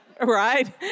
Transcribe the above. right